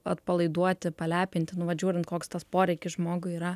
atpalaiduoti palepinti nu vat žiūrint koks tas poreikis žmogui yra